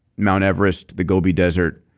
mount everest the gobi desert,